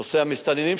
נושא המסתננים,